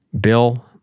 Bill